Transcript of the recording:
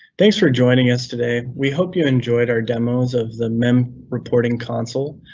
thanks for joining us today. we hope you enjoyed our demos of the mem reporting console,